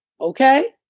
Okay